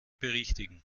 berichtigen